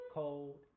cold